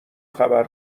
خبر